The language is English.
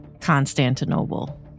Constantinople